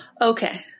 Okay